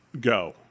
go